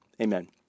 Amen